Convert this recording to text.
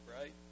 right